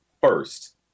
first